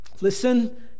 listen